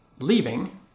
leaving